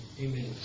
Amen